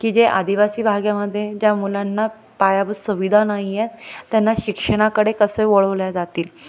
की जे आदिवासी भागामध्ये ज्या मुलांना पायाभूत सुविधा नाही आहेत त्यांना शिक्षणाकडे कसं वळवल्या जातील